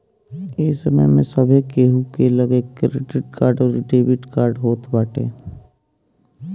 ए समय में सभे केहू के लगे क्रेडिट कार्ड अउरी डेबिट कार्ड होत बाटे